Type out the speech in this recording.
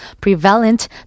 prevalent